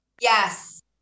Yes